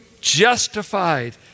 justified